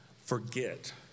forget